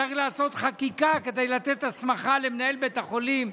צריך לעשות חקיקה כדי לתת הסמכה למנהל בית החולים.